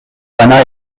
anna